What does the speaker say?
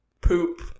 poop